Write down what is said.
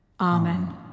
Amen